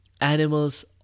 Animals